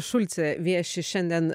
šulcė vieši šiandien